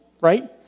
right